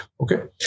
Okay